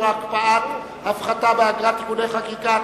(הקפאת ההפחתה באגרה) (תיקוני חקיקה),